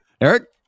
Eric